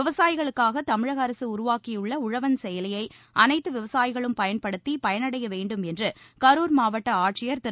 விவசாயிகளுக்காக தமிழக அரசு உருவாக்கியுள்ள உழவன் செயலியை அனைத்து விவசாயிகளும் பயன்படுத்தி பயனடைய வேண்டும் என்று கரூர் மாவட்ட ஆட்சியர் திரு